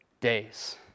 days